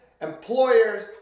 employers